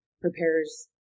prepares